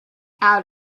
out